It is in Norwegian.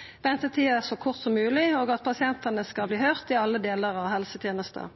høy, ventetiden så kort som mulig og at pasienten skal bli hørt i alle deler av helsetjenesten.»